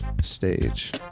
stage